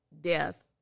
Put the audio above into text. death